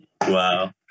Wow